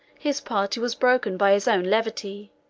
his party was broken by his own levity,